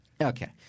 okay